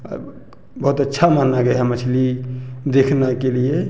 अब बहुत अच्छा माना गया है मछली देखने के लिए